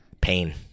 Pain